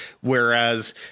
Whereas